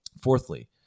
Fourthly